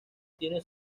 tiene